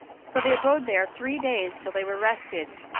so they abode there three days till they were rested,